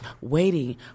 waiting